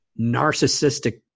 narcissistic